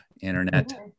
Internet